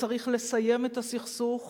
שצריך לסיים את הסכסוך